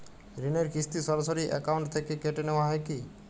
ঋণের কিস্তি সরাসরি অ্যাকাউন্ট থেকে কেটে নেওয়া হয় কি?